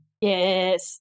Yes